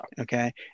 okay